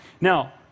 Now